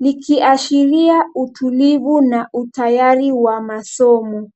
likiashiria utulivu na utayari wa masomo.